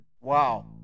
Wow